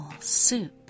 soup